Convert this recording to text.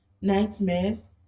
nightmares